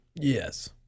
Yes